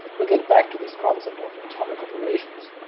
we'll get back to this concept of atomic operations,